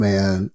Man